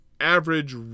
average